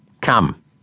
Come